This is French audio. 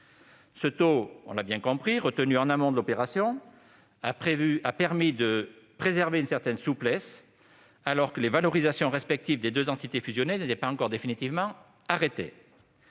Ce taux, retenu en amont de l'opération, a permis de préserver une certaine souplesse, alors que les valorisations respectives des deux entités fusionnées n'étaient pas encore définitivement arrêtées.